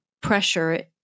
pressure